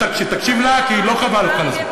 תקשיב לה, כי לא חבל לך על הזמן.